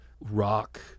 rock